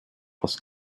aus